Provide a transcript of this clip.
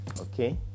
okay